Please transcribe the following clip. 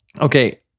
Okay